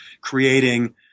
creating